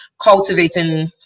cultivating